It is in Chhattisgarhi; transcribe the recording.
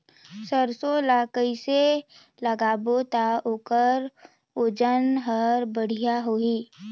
सरसो ला कइसे लगाबो ता ओकर ओजन हर बेडिया होही?